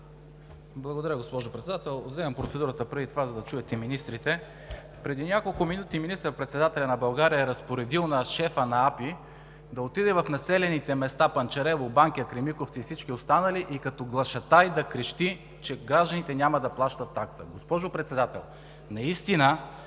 Благодаря, госпожо Председател. Взимам процедурата преди това, за да чуят и министрите. Преди няколко минути министър-председателят на България е разпоредил на шефа на Агенция „Пътна инфраструктура“ да отиде в населените места – Панчарево, Банкя, Кремиковци и всички останали, и като глашатай да крещи, че гражданите няма да плащат такса. Госпожо Председател, наистина